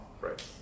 right